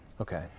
Okay